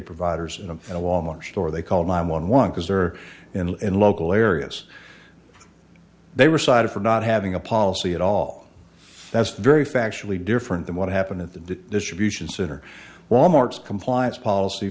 providers and a wal mart store they called nine one one because or in local areas they were cited for not having a policy at all that's very factually different than what happened at the distribution center wal mart's compliance policy